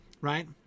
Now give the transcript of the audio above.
right